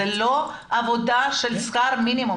זאת לא עבודה של שכר מינימום,